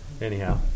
anyhow